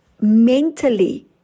mentally